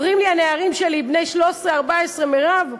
אומרים לי הנערים שלי, בני 14-13: מירב,